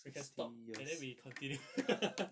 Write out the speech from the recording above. we can stop and then we continue